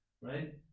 right